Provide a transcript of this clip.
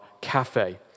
cafe